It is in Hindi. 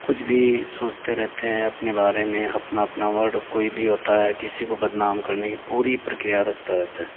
कुछ भी सोचते रहते हैं अपने बारे में अपना अपना वर्ड कोई भी होता है किसी को बदनाम करने की पूरी प्रक्रिया रचता रहता है